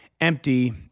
empty